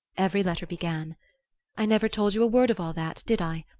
every letter began i never told you a word of all that, did i?